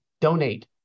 donate